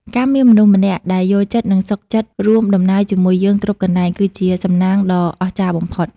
ការមានមនុស្សម្នាក់ដែលយល់ចិត្ត និងសុខចិត្តរួមដំណើរជាមួយយើងគ្រប់កន្លែង គឺជាសំណាងដ៏អស្ចារ្យបំផុត។